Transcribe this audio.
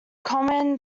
common